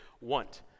want